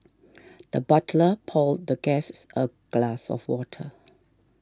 the butler poured the guests a glass of water